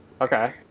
Okay